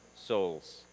souls